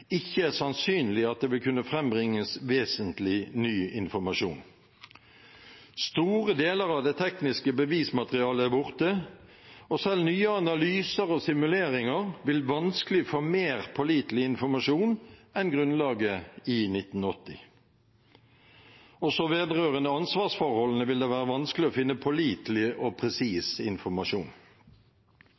vil kunne frambringes vesentlig ny informasjon. Store deler av det tekniske bevismaterialet er borte, og selv nye analyser og simuleringer vil vanskelig få mer pålitelig informasjon enn grunnlaget i 1980. Også vedrørende ansvarsforholdene vil det være vanskelig å finne pålitelig og presis informasjon.